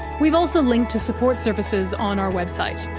we've also linked to support services on our website.